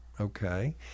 okay